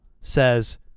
says